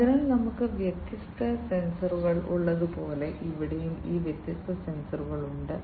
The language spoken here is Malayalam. അതിനാൽ നമുക്ക് വ്യത്യസ്ത സെൻസറുകൾ ഉള്ളതുപോലെ ഇവിടെയും ഈ വ്യത്യസ്ത സെൻസറുകൾ ഉണ്ട്